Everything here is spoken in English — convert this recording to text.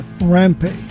Rampage